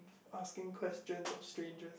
asking questions of strangers